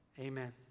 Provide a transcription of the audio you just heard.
Amen